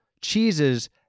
cheeses